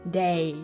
day